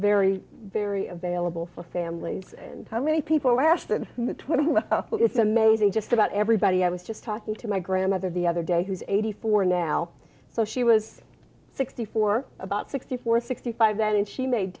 very very available for families and how many people lasted twenty one it's amazing just about everybody i was just talking to my grandmother the other day who is eighty four now so she was sixty four about sixty four sixty five then and she made